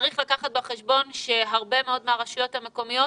צריך לקחת בחשבון שהרבה מאוד מהרשויות המקומיות